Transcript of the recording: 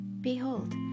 Behold